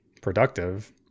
productive